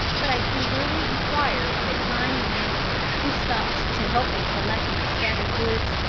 but i eagerly inquired of a kind mongrel, who stopped to help me collect my scattered goods,